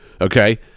okay